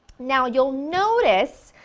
now you'll notice